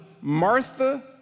Martha